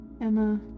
Emma